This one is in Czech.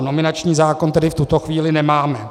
Nominační zákon tedy v tuto chvíli nemáme.